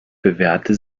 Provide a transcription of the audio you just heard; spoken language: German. bewährte